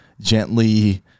gently